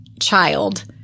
child